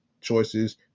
choices